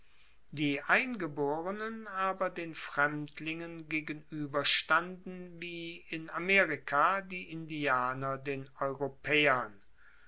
die eingeborenen aber den fremdlingen gegenueberstanden wie in amerika die indianer den europaeern